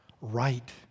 right